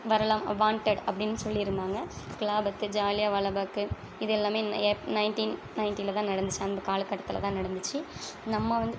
வரலாம் வாண்டட் அப்படின்னு சொல்லிருந்தாங்கள் கிலாபத்து ஜாலியன்வாலாபாக்கு இது எல்லாமே நைன்ட்டீன் நைன்ட்டீன்ல தான் நடந்துச்சு அந்த காலக்கட்டத்தில் தான் நடந்துச்சு நம்ம வந்து